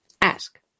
Ask